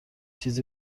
چیزی